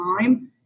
time